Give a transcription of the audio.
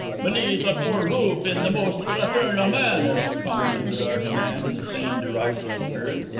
beneath our poor roof in the most fraternal manner, commented the dark man, in the same derisive spirit.